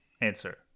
answer